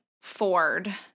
Ford